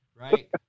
Right